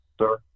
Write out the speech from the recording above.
Sir